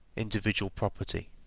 individual property.